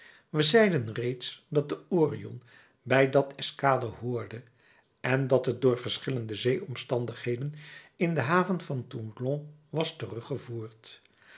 we zeiden reeds dat de orion bij dat escader hoorde en dat het door verschillende zee omstandigheden in de haven van toulon was